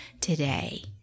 today